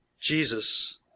Jesus